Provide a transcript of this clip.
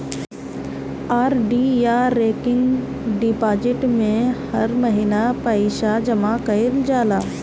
RD या recurring deposit में हर महिना पअ पईसा जमा कईल जाला